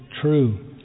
true